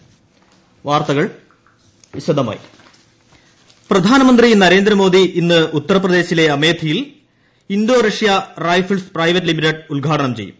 M Amethi പ്രധാനമന്ത്രി നരേന്ദ്രമോദി ഇന്ന് ഉത്തർപ്രദേശിലെ അമേത്തിയിൽ Indo Russia Rifles Private Limited ഉദ്ഘാടനം ചെയ്യും